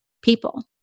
people